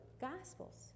Gospels